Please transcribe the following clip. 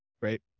Right